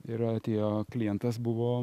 ir atėjo klientas buvo